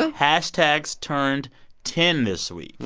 ah hashtags turned ten this week